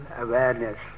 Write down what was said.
awareness